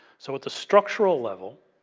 so, at the structural level